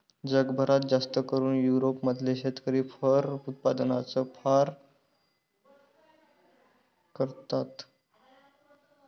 जगभरात जास्तकरून युरोप मधले शेतकरी फर उत्पादनाचं काम करतात